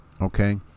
okay